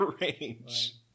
range